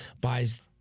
buys